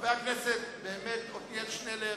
חבר הכנסת עתניאל שנלר,